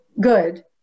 good